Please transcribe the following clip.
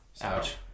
Ouch